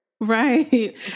Right